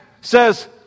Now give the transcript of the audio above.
says